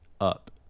up